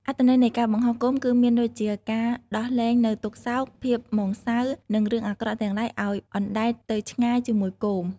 អត្ថន័យនៃការបង្ហោះគោមគឺមានដូចជា ការដោះលែងនូវទុក្ខសោក ភាពសៅហ្មង និងរឿងអាក្រក់ទាំងឡាយឲ្យអណ្តែតទៅឆ្ងាយជាមួយគោម។